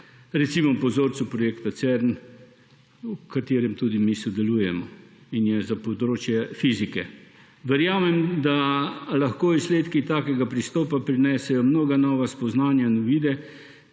recimo po vzorcu projekta Cern, v katerem tudi mi sodelujemo in je za področje fizike. Verjamem, da lahko izsledki takega pristopa prinesejo mnoga nova spoznanja in uvide,